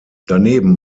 daneben